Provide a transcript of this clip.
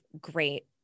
great